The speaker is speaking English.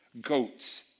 goats